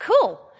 Cool